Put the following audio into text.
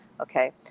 okay